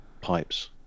pipes